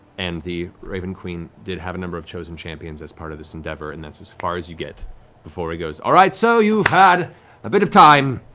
and the raven queen did have a number of chosen champions as a part of this endeavor, and that's as far as you get before he goes, all right, so, you've had a bit of time.